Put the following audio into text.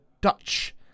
Dutch